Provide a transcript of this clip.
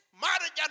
marriage